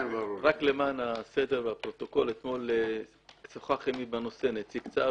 רק למען הסדר והפרוטוקול אתמול שוחח עמי בנושא נציג צה"ל.